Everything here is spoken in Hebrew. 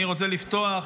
אני רוצה לפתוח,